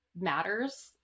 matters